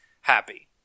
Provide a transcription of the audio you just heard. happy